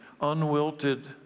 unwilted